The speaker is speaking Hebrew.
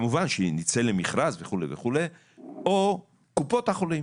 או כמובן שנצא למכרז וכו' או קופות החולים.